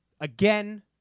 again